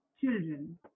children